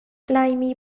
laimi